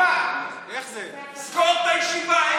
סגור את הישיבה.